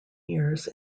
years